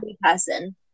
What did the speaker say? person